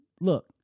look